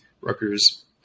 Rutgers